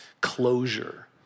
closure